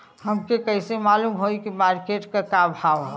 हमके कइसे मालूम होई की मार्केट के का भाव ह?